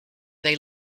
they